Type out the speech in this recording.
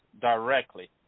directly